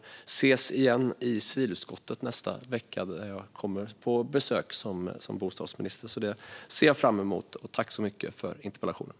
Vi ses igen i civilutskottet nästa vecka, då jag som bostadsminister kommer dit på besök. Det ser jag fram emot.